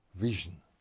vision